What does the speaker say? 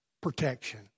protection